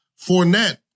Fournette